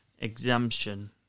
exemption